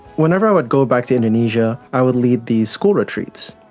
whenever i would go back to indonesia, i would lead the school retreats.